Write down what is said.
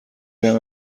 بهم